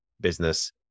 business